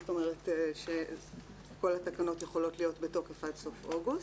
זאת אומרת שכל התקנות יכולות להיות בתוקף עד סוף אוגוסט.